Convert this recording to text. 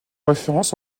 référence